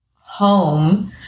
Home